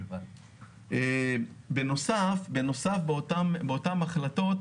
בנוסף באותן החלטות,